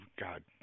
god